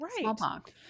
Smallpox